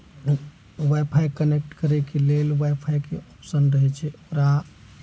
wifi connect करैके लेल वाइफाइके ऑप्शन रहै छै ओकरा